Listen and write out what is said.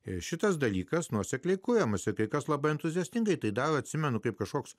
ir šitas dalykas nuosekliai kuriamas kai kas labai entuziastingai tai daro atsimenu kaip kažkoks